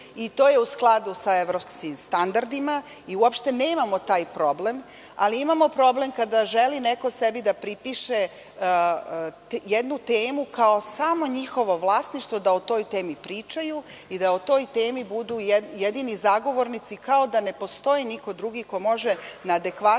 To je u skladu sa evropskim standardima i uopšte nemamo taj problem, ali imamo problem kada želi neko sebi da pripiše jednu temu kao samo njihovo vlasništvo da o toj temi pričaju i da o toj temi budu jedini zagovornici, kao da ne postoji niko drugi ko može na adekvatan